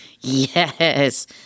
yes